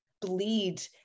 bleed